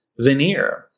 veneer